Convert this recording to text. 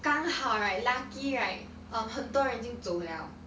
刚好 right lucky right um 很多人已经走了